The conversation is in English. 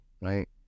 Right